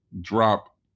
drop